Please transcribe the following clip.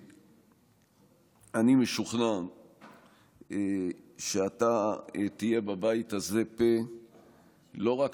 ואני משוכנע שאתה תהיה בבית הזה פה לא רק